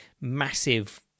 massive